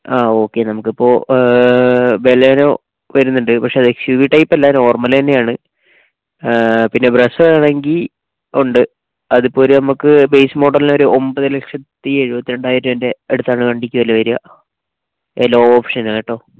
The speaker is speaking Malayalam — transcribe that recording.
ആ ഓക്കെ നമുക്കിപ്പോൾ ബലേനോ വരുന്നുണ്ട് പക്ഷെ അത് എസ് യൂ വി ടൈപ്പല്ല നോർമല് തന്നെയാണ് പിന്നെ ബ്രെസ്സ ആണെങ്കിൽ ഉണ്ട് അതിപ്പോഴൊരു നമ്മൾക്ക് ബേസ് മോഡലിന് ഒരു ഒമ്പതുലക്ഷത്തി എഴുപത്തിരണ്ടായിരം രൂപേൻ്റെ അടുത്താണ് വണ്ടിക്ക് വില വരിക ലോ ഓപ്ഷനാണ് കേട്ടോ